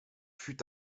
fût